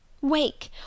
Wake